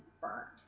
burnt